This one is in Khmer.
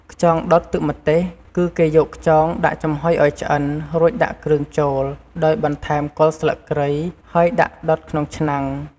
ខ្យងដុតទឹកម្ទេស គឺគេយកខ្យងដាក់ចំហុយឲ្យឆ្អិន រួចដាក់គ្រឿងចូល ដោយបន្ថែមគល់ស្លឹកគ្រៃ ហើយដាក់ដុតក្នុងឆ្នាំង ។